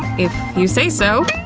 if you say so,